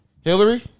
Hillary